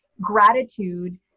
gratitude